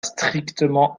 strictement